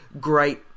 great